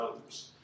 others